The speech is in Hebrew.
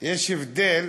יש הבדל,